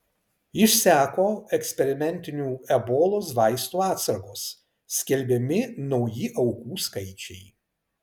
išseko eksperimentinių ebolos vaistų atsargos skelbiami nauji aukų skaičiai